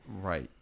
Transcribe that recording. Right